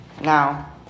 Now